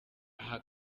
aha